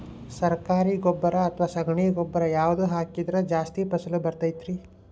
ಸರಕಾರಿ ಗೊಬ್ಬರ ಅಥವಾ ಸಗಣಿ ಗೊಬ್ಬರ ಯಾವ್ದು ಹಾಕಿದ್ರ ಜಾಸ್ತಿ ಫಸಲು ಬರತೈತ್ರಿ?